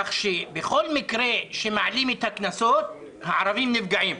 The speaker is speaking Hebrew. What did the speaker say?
כך שבכל מקרה שמעלים את הקנסות, הערבים נפגעים.